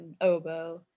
oboe